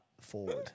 forward